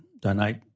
donate